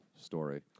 story